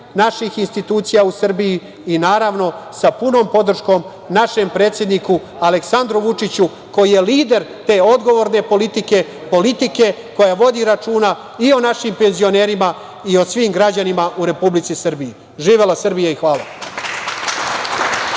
naših institucija u Srbiji i naravno i sa punom podrškom našem predsedniku, Aleksandru Vučiću koji je lider te odgovorne politike, politike koja vodi računa i o našim penzionerima i o svim građanima u Republici Srbiji. Živela Srbija i hvala.